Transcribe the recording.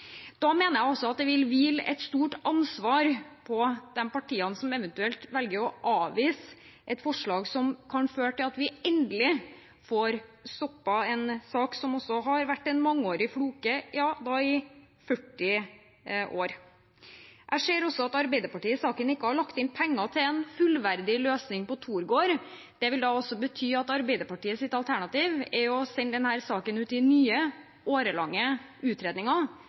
Da mener jeg det vil hvile et stort ansvar på de partiene som eventuelt velger å avvise et forslag som kan føre til at vi endelig får stoppet en sak som har vært en mangeårig floke – i 40 år. Jeg ser at Arbeiderpartiet i saken ikke har lagt inn penger til en fullverdig løsning på Torgård. Det vil bety at Arbeiderpartiets alternativ er å sende denne saken ut i nye årelange utredninger.